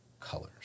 colors